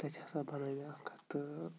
تَتہِ ہسا بَنٲے مےٚ اَکھ ہَتھ تہٕ